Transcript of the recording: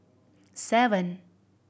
seven